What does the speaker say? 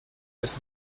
his